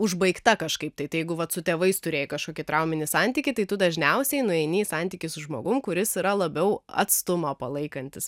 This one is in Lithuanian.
užbaigta kažkaip tai jeigu vat su tėvais turėjai kažkokį trauminį santykį tai tu dažniausiai nueini į santykius su žmogum kuris yra labiau atstumą palaikantis